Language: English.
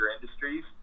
industries